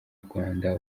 rwanda